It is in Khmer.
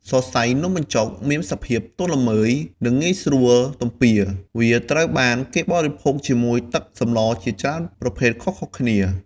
សរសៃនំបញ្ចុកមានសភាពទន់ល្មើយ និងងាយស្រួលទំពាវាត្រូវបានគេបរិភោគជាមួយទឹកសម្លជាច្រើនប្រភេទខុសៗគ្នា។